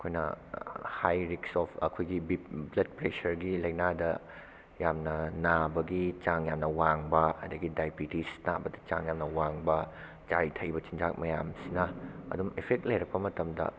ꯑꯩꯈꯣꯏꯅ ꯍꯥꯏ ꯔꯤꯛꯁ ꯑꯣꯐ ꯑꯩꯈꯣꯏꯒꯤ ꯕ꯭ꯂꯗ ꯄ꯭ꯔꯦꯁꯔꯒꯤ ꯂꯥꯏꯅꯥꯗ ꯌꯥꯝꯅ ꯅꯥꯕꯒꯤ ꯆꯥꯡ ꯌꯥꯝꯅ ꯋꯥꯡꯕ ꯑꯗꯒꯤ ꯗꯥꯏꯕꯦꯇꯤꯁ ꯅꯥꯕꯗ ꯆꯥꯡ ꯌꯥꯝꯅ ꯋꯥꯡꯕ ꯆꯥꯔꯤ ꯊꯛꯏꯕ ꯆꯤꯟꯖꯥꯛ ꯃꯌꯥꯝꯁꯤꯅ ꯑꯗꯨꯝ ꯏꯐꯦꯛ ꯂꯩꯔꯛꯄ ꯃꯇꯝꯗ